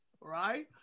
Right